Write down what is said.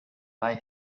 buy